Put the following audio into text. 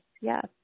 yes